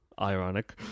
ironic